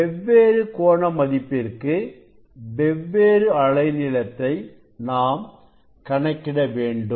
வெவ்வேறு கோண மதிப்பிற்கு வெவ்வேறு அலை நீளத்தை நாம் கணக்கிட வேண்டும்